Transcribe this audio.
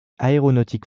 aéronautique